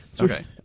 Okay